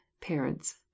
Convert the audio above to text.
parents